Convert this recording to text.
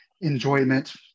enjoyment